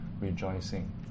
rejoicing